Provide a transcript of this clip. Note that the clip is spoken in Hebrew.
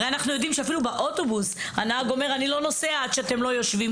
הרי אנחנו יודעים שאפילו באוטובוס הנהג לא נוסע עד שכולם יושבים.